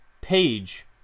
page